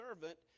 servant